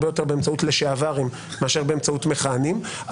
באמצעות לשעברים מאשר באמצעות מכהנים.